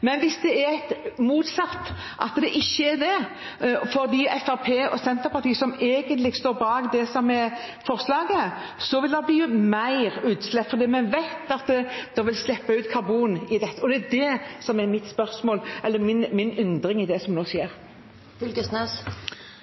Men hvis det er motsatt, at det ikke er det – fordi Fremskrittspartiet og Senterpartiet egentlig står bak forslaget – vil det bli mer utslipp, fordi vi vet at det vil slippe ut karbon. Det er det som er min undring i det som nå skjer.